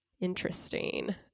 interesting